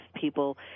people